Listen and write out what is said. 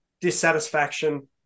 dissatisfaction